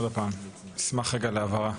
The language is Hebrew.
נשמח להבהרה.